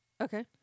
Okay